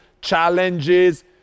challenges